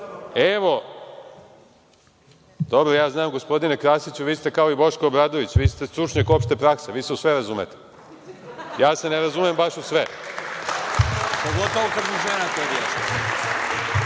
pravo.)Dobro, ja znam, gospodine Krasiću, vi ste kao i Boško Obradović, vi ste stručnjak opšte prakse, vi se u sve razumete. Ja se ne razumem baš u sve, ne kažem ni da se baš